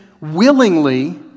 willingly